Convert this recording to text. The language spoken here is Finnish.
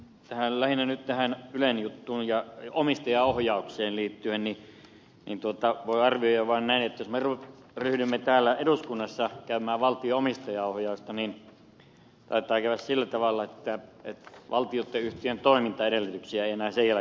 lähinnä nyt tähän ylen juttuun ja omistajaohjaukseen liittyen voi arvioida vain näin että jos me ryhdymme täällä eduskunnassa käymään valtion omistajaohjausta niin taitaa käydä sillä tavalla että valtionyhtiöitten toimintaedellytyksiä ei enää sen jälkeen ole